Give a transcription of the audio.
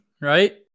right